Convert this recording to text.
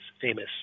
famous